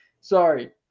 sorry